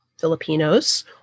Filipinos